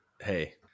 hey